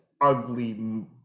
ugly